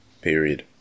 period